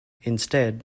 instead